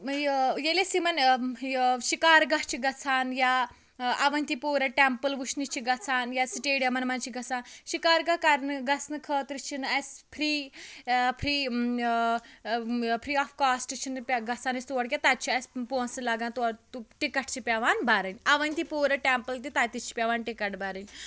ییٚلہِ أسۍ یِمَن یہِ شِکار گاہ چھِ گَژھان یا اَوَنتی پورہ ٹیمپٕل وٕچھنہٕ چھِ گَژھان یا سٹیڈِیمَن مَنٛز چھِ گَژھان شِکار گاہ کَرنہٕ گَژھنہٕ خٲطرٕ چھِ نہٕ اَسہِ free free free of cost چھِ نہٕ گَژھان أسۍ تور کینٛہہ تَتہِ چھِ اَسہِ پونٛسہِ لَگان ٹِکَٹ چھِ پیٚوان بَرٕنۍ اَوَنتی پورہ ٹیمپٕل تہٕ تَتہِ تہِ چھِ پیٚوان ٹِکَٹ بَرٕنۍ